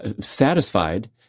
satisfied